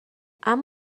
اما